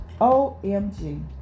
OMG